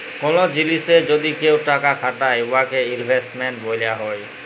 call জিলিসে যদি কেউ টাকা খাটায় উয়াকে ইলভেস্টমেল্ট ব্যলা হ্যয়